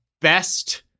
best